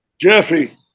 Jeffy